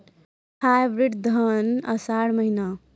Hybrid धान आषाढ़ महीना?